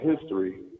history